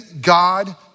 God